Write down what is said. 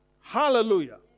Hallelujah